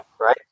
right